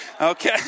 okay